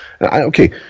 Okay